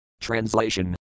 Translation